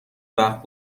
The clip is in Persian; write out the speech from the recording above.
وقت